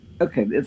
Okay